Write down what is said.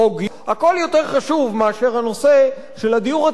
הכול יותר חשוב מהנושא של הדיור הציבורי,